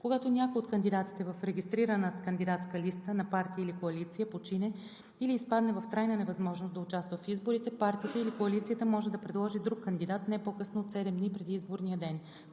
Когато някой от кандидатите в регистрирана кандидатска листа на партия или коалиция почине или изпадне в трайна невъзможност да участва в изборите, партията или коалицията може да предложи друг кандидат не по-късно от 7 дни преди изборния ден.